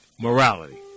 Morality